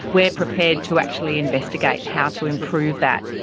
we're prepared to actually investigate how to improve that.